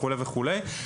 וכולי וכולי.